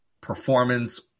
performance